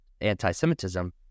anti-Semitism